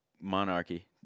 Monarchy